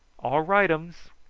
all rightums,